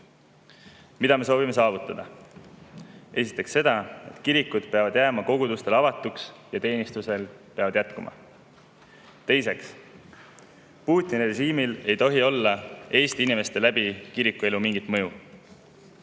me soovime saavutada? Esiteks seda, et kirikud peavad jääma kogudustele avatuks ja teenistused peavad jätkuma. Teiseks, Putini režiimil ei tohi olla Eesti inimestele kirikuelu kaudu mingit mõju.